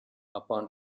upon